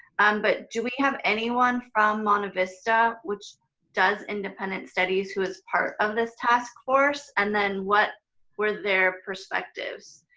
and but do we have anyone from monte vista, which does independent studies, who is part of this task force, and then what were their perspectives?